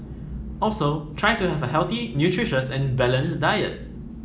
also try to have a healthy nutritious and balanced diet